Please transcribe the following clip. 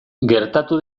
gertatu